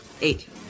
Eight